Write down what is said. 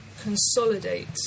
consolidate